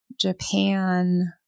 Japan